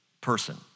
person